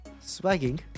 Swagging